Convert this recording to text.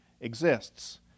exists